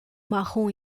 marrom